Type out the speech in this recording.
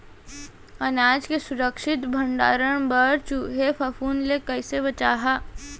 अनाज के सुरक्षित भण्डारण बर चूहे, फफूंद ले कैसे बचाहा?